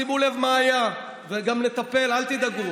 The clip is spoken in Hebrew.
שימו לב מה היה ------ וגם נטפל, אל תדאגו.